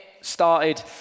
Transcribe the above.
started